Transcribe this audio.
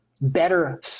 better